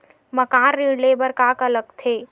मकान ऋण ले बर का का लगथे?